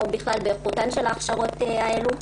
או בכלל באיכותן של ההכשרות האלו.